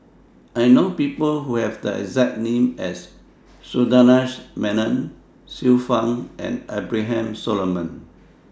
I know People Who Have The exact name as Sundaresh Menon Xiu Fang and Abraham Solomon